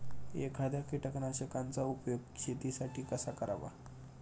एखाद्या कीटकनाशकांचा उपयोग शेतीसाठी कसा करावा?